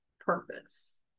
purpose